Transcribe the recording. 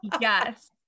Yes